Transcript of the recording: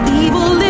evil